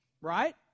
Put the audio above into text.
Right